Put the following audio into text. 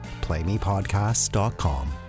playmepodcasts.com